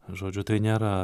žodžiu tai nėra